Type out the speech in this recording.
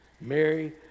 Mary